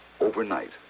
overnight